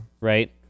Right